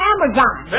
Amazon